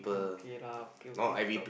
okay lah okay okay talk